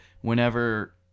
whenever